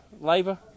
Labour